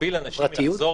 להגביל אנשים לנוע